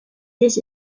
this